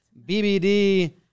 BBD